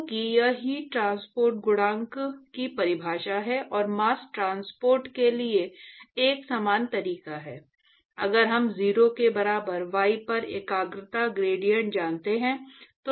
क्योंकि यह heat transport गुणांक की परिभाषा है और मास्स ट्रांसपोर्ट के लिए एक समान तरीका है अगर हम 0 के बराबर y पर एकाग्रता ग्रेडिएंट जानते हैं तो हम कर चुके हैं